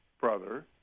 brother